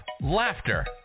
laughter